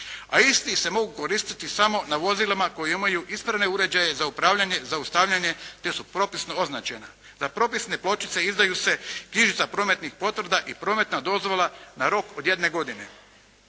a isti se mogu koristiti samo na vozilima koji imaju ispravne uređaje za upravljanje, zaustavljanje te su propisno označena. Za propisne pločice izdaju se knjižica prometnih potvrda i prometna dozvola na rok od jedne godine.